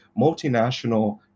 multinational